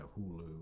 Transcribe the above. Hulu